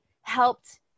helped